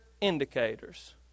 indicators